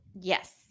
Yes